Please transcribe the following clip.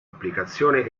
applicazione